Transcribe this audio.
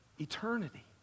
eternity